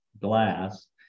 glass